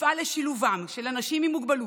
שתפעל לשילובם של אנשים עם מוגבלות,